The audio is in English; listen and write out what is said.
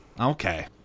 Okay